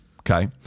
okay